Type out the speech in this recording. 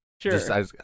sure